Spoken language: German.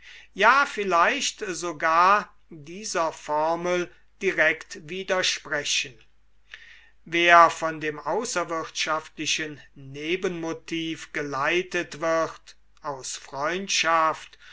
ja vielleicht sogar dieser formel direkt widersprechen wer von dem außerwirtschaftlichen nebenmotiv geleitet wird aus freundschaft